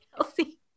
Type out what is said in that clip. Kelsey